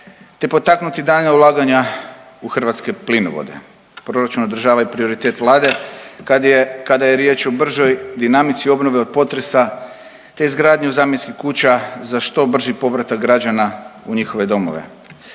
te potaknuti daljnja ulaganja u hrvatske plinovode. Proračun održava i prioritet Vlade kad je, kada je riječ o bržoj dinamici obnove od potresa, te izgradnju zamjenskih kuća za što brži povratak građana u njihove domove.